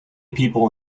people